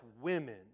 women